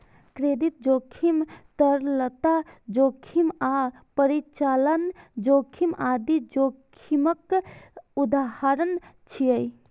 credit जोखिम, तरलता जोखिम आ परिचालन जोखिम आदि जोखिमक उदाहरण छियै